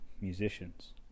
musicians